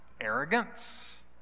arrogance